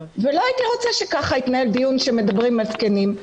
ולא הייתי רוצה שכך יתנהל דיון כשמדברים על זקנים.